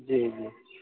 جی جی